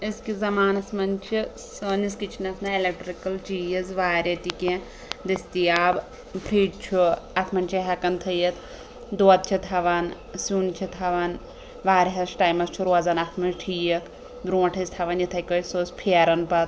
أزکِس زَمانَس منٛز چھِ سٲنِس کِچنَس منٛز ایٚلیٛکٹرٛکٕل چیٖز واریاہ تہِ کیٚنٛہہ دٔستِیاب فرٛج چھُ اَتھ منٛز چھِ ہیٚکان تھٲیِتھ دۄدھ چھِ تھاوان سیٛن چھِ تھاوان واریاہَس ٹایمَس چھُ روزان اَتھ منٛز ٹھیٖک برٛونٛٹھ ٲسۍ تھاوان یِتھٔے کٔنۍ سُہ اوس پھیران پَتہٕ